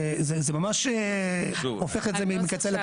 זה ממש הופך את זה מקצה לקצה.